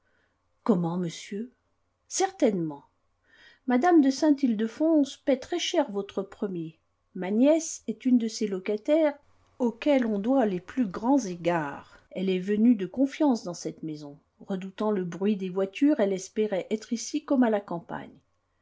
comment monsieur certainement mme de saint ildefonse paie très-cher votre premier ma nièce est une de ces locataires auxquelles on doit les plus grands égards elle est venue de confiance dans cette maison redoutant le bruit des voitures elle espérait être ici comme à la campagne